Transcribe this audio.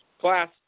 Class